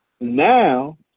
Now